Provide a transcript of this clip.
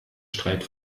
streit